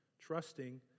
trusting